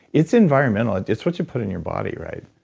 it's environmental. it's it's what you put in your body, right?